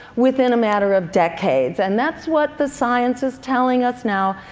within a matter of decades, and that's what the science is telling us now.